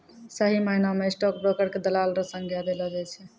सही मायना म स्टॉक ब्रोकर क दलाल र संज्ञा देलो जाय छै